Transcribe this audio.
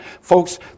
Folks